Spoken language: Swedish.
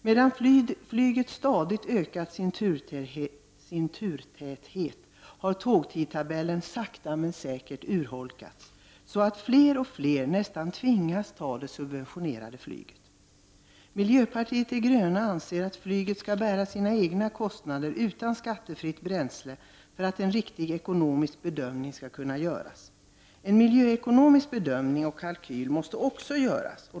Medan flyget stadigt ökat antalet turer har antalet avgångar med tåget sakta men säkert minskat, så att fler och fler nästan tvingas att ta det subventionerade flyget. Miljöpartiet de gröna anser att flyget skall bära sina egna kostnader och inte få skattefritt bränsle för att en riktig ekonomisk bedömning skall kunna göras. En miljöekonomisk bedömning och kalkyl måste också göras.